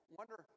wonder